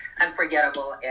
unforgettable